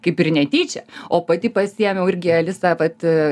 kaip ir netyčia o pati pasiėmiau irgi alisa vat